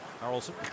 Carlson